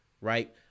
right